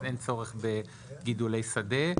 אז אין צורך בגידולי שדה.